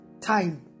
time